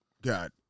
God